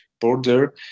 border